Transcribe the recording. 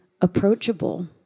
approachable